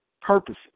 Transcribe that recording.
purposes